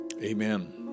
amen